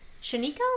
Shaniko